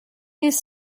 his